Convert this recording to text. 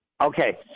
Okay